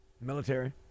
Military